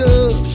up